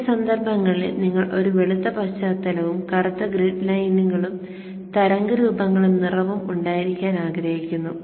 ചില സന്ദർഭങ്ങളിൽ നിങ്ങൾ ഒരു വെളുത്ത പശ്ചാത്തലവും കറുത്ത ഗ്രിഡ് ലൈനുകളും തരംഗ രൂപങ്ങളും നിറവും ഉണ്ടായിരിക്കാൻ ആഗ്രഹിക്കുന്നു